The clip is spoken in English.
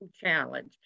challenge